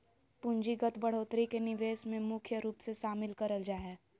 पूंजीगत बढ़ोत्तरी के निवेश मे मुख्य रूप से शामिल करल जा हय